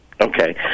okay